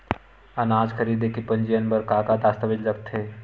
अनाज खरीदे के पंजीयन बर का का दस्तावेज लगथे?